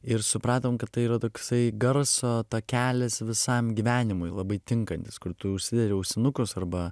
ir supratom kad tai yra toksai garso takelis visam gyvenimui labai tinkantis kur tu užsidedi ausinukus arba